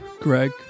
Greg